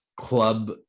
club